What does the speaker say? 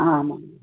आमाम्